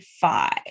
five